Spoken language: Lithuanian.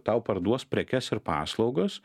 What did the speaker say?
tau parduos prekes ir paslaugas